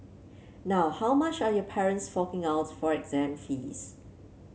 now how much are your parents forking out for exam fees